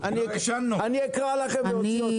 --- אין לך תשובה את לא יכולה לדבר.